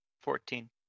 Fourteen